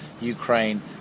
Ukraine